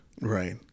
right